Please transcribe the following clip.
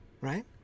Right